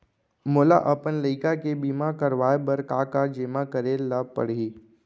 मोला अपन लइका के बीमा करवाए बर का का जेमा करे ल परही?